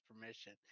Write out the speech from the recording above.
permission